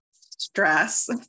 stress